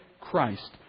Christ